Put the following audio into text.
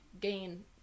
gain